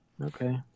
Okay